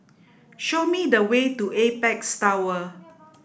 show me the way to Apex Tower